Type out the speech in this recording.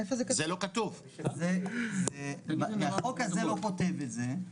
אז דווקא אולי אז יהיה כן מאה אחוז מהאוצר,